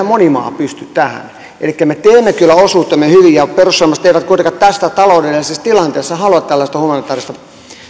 moni maa pysty elikkä me teemme kyllä osuutemme hyvin perussuomalaiset eivät kuitenkaan tässä taloudellisessa tilanteessa halua tällaista humanitaarista